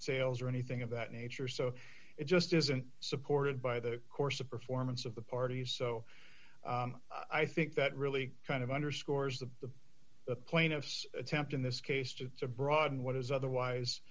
sales or anything of that nature so it just isn't supported by the course of performance of the parties so i think that really kind of underscores the the plaintiff's attempt in this case to broaden what is otherwise